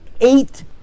eight